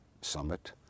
summit